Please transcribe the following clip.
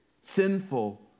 sinful